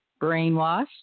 brainwashed